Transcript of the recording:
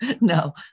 No